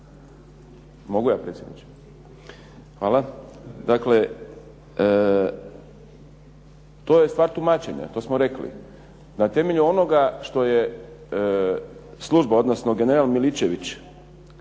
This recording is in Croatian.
Mogu ja predsjedniče? Hvala. Dakle, to je stvar tumačenja, to smo rekli. Na temelju onoga što je služba, odnosno general Miličević,